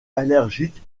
allergique